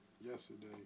yesterday